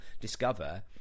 discover